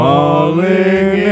Falling